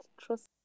trust